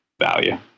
value